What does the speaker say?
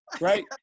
Right